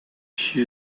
she